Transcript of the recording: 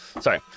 Sorry